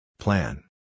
Plan